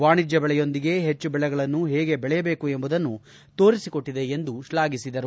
ವಾಣೀಜ್ಯ ಬೆಳೆಯೊಂದಿಗೆ ಹೆಚ್ಚು ಬೆಳೆಗಳನ್ನು ಹೇಗೆ ಬೆಳೆಯಬೇಕು ಎಂಬುದನ್ನು ತೋರಿಸಿಕೊಟ್ಟದೆ ಎಂದು ಶ್ಲಾಘಿಸಿದರು